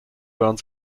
around